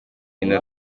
inda